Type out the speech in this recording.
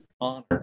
honor